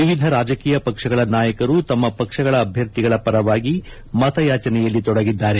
ವಿವಿಧ ರಾಜಕೀಯ ಪಕ್ಷಗಳ ನಾಯಕರು ತಮ್ಮ ಪಕ್ಷದ ಅಭ್ಯರ್ಥಿಗಳ ಪರವಾಗಿ ಮತಯಾಚನೆಯಲ್ಲಿ ತೊಡಗಿದ್ದಾರೆ